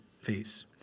face